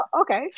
Okay